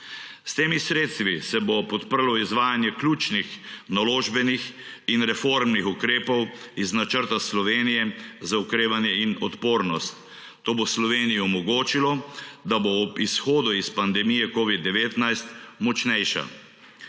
S temi sredstvi se bo podprlo izvajanje ključnih naložbenih in reformnih ukrepov iz Načrta za okrevanje in odpornost. To bo Sloveniji omogočilo, da bo ob izhodu iz pandemije covida-19 močnejša.